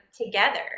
together